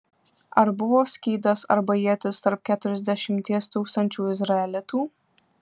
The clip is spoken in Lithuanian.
ar buvo skydas arba ietis tarp keturiasdešimties tūkstančių izraelitų